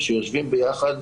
שהוא יום שעובר, זה הקצב.